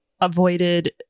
avoided